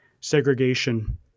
segregation